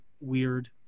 weird